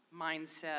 mindset